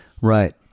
Right